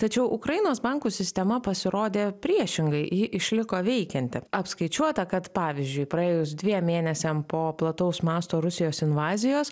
tačiau ukrainos bankų sistema pasirodė priešingai ji išliko veikianti apskaičiuota kad pavyzdžiui praėjus dviem mėnesiam po plataus masto rusijos invazijos